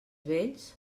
vells